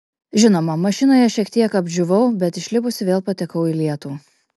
žinoma mašinoje šiek tiek apdžiūvau bet išlipusi vėl patekau į lietų